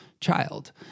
child